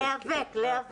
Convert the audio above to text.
להיאבק.